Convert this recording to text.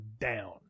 down